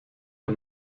der